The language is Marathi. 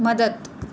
मदत